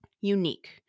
Unique